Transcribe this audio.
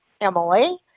Emily